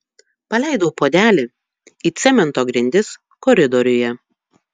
paleidau puodelį į cemento grindis koridoriuje